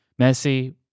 Messi